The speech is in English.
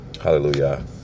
hallelujah